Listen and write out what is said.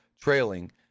trailing